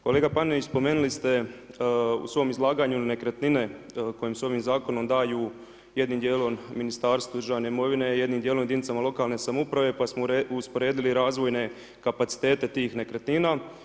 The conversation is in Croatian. Kolega Panenić, spomenuli ste u svom izlaganju nekretnine koje se ovim zakonom daju jednim dijelom Ministarstvu državne imovine, jednim dijelom jedinicama lokalne samouprave pa smo usporedili razvojne kapacitete tih nekretnina.